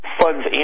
funds